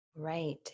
Right